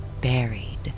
buried